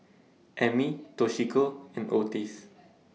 Ammie Toshiko and Otis